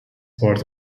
part